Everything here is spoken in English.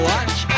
Watch